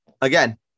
again